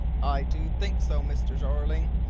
i do think so, mr. jeorling,